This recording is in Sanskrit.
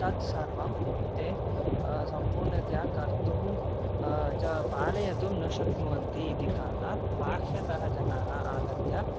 तत् सर्वं ते सम्पूर्णतया कर्तुं च पालयतुं न शक्नुवन्ति इति कारणात् बाह्यतः जनाः आगत्य